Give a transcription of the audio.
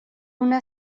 una